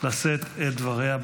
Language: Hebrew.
לשאת את דבריה.